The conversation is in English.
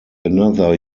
another